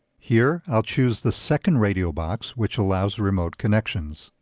here, i'll choose the second radio box, which allows remote connections.